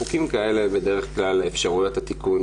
בחוקים כאלה בדרך כלל אפשרויות התיקון